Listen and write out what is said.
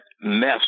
mess